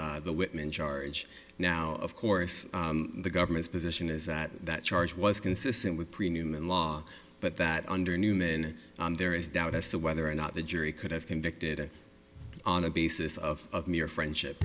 the whitman charge now of course the government's position is that that charge was consistent with pre newman law but that under newman there is doubt as to whether or not the jury could have convicted on the basis of mere friendship